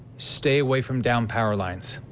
stay away from downe powerlines.